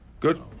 Good